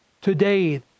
Today